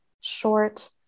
short